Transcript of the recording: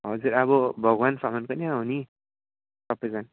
हजुर अब भगवान समानको नै हो नि सबैजना